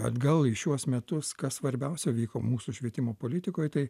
atgal į šiuos metus kas svarbiausio vyko mūsų švietimo politikoj tai